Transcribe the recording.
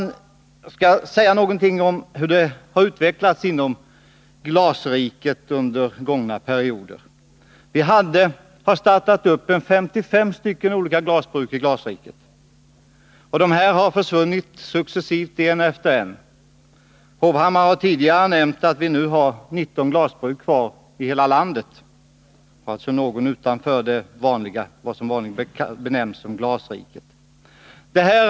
Jag vill också säga några ord om hur utvecklingen har varit inom glasriket under gångna perioder. Vi har startat ca 55 olika glasbruk i glasriket. De har successivt försvunnit, ett efter ett. Erik Hovhammar har tidigare nämnt att vi nu har 19 glasbruk kvar i landet — något bruk ligger utanför det som vanligen benämns glasriket.